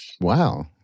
Wow